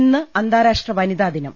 ഇന്ന് അന്താരാഷ്ട്ര വനിതാ ദിനം